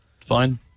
fine